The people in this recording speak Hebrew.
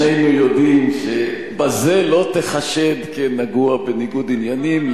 שנינו יודעים שבזה לא תיחשב כנגוע בניגוד עניינים,